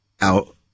out